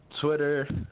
Twitter